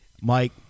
Mike